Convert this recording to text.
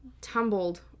tumbled